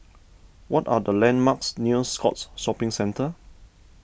what are the landmarks near Scotts Shopping Centre